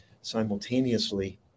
simultaneously